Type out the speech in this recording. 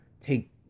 take